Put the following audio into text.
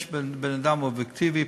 יש בן-אדם אובייקטיבי,